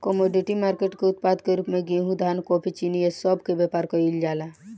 commodity market के उत्पाद के रूप में गेहूं धान कॉफी चीनी ए सब के व्यापार केइल जाला